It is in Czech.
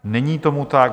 Není tomu tak.